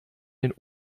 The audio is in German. den